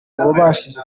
wabashije